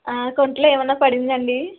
ఆ కంటిలో ఏమైనా పడిందా అండి